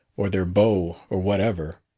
or their beaux, or whatever.